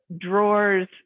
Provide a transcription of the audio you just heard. drawers